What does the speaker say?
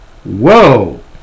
whoa